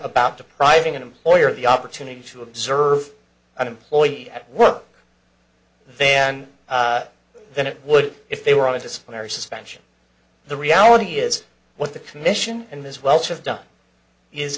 about depriving an employer of the opportunity to observe an employee at work and then it would if they were on a disciplinary suspension the reality is what the commission and his welsh have done is